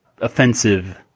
offensive